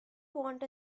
want